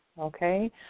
okay